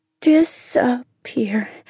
Disappear